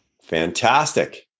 Fantastic